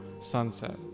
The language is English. sunset